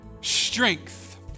strength